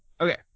Okay